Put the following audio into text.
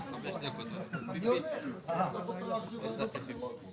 במקום "יועץ פנסיוני" יבוא "בעל רישיון".